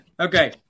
Okay